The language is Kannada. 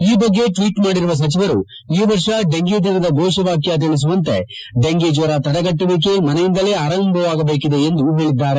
ಈ ಬಗ್ಗೆ ಟ್ಟೀಟ್ ಮಾಡಿರುವ ಸಚಿವರು ಈ ವರ್ಷದ ಡೆಂಗಿ ದಿನದ ಘೋಷ ವಾಕ್ಯ ತಿಳಿಸುವಂತೆ ಡೆಂ ಡೆಂಗಿ ಜ್ವರ ತಡೆಗಟ್ಟುವಿಕೆ ಮನೆಯಿಂದಲೇ ಆರಂಭವಾಗಬೇಕಿದೆ ಎಂದು ತಿಳಿಸಿದ್ದಾರೆ